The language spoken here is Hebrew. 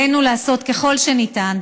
עלינו לעשות ככל שניתן,